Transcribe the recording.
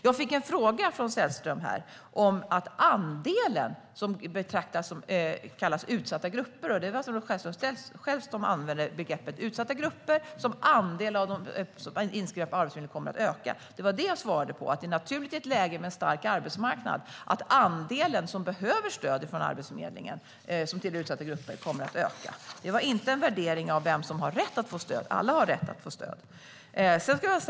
Jag fick en fråga från Sällström om den andel som kallas för utsatta grupper. Det var Sven-Olof Sällström som själv använde begreppet utsatta grupper och att de som andel av dem som är inskrivna på Arbetsförmedlingen kommer att öka. Det var då jag svarade att det i ett läge med en stark arbetsmarknad är naturligt att den andel som tillhör utsatta grupper och som behöver stöd från Arbetsförmedlingen kommer att öka. Det var inte en värdering av vem som har rätt att få stöd. Alla har rätt att få stöd.